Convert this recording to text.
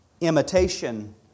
imitation